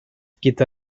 gyda